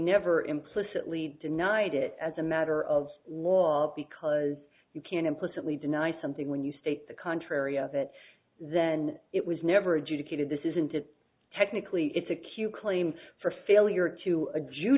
never implicitly denied it as a matter of law because you can't implicitly deny something when you state the contrary of it then it was never adjudicated this isn't it technically it's a q claim for failure to a